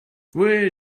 where